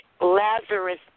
Lazarus